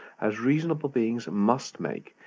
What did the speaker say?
as reasonable beings must make,